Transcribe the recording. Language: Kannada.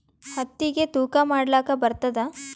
ಹತ್ತಿಗಿ ತೂಕಾ ಮಾಡಲಾಕ ಬರತ್ತಾದಾ?